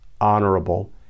honorable